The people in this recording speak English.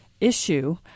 issue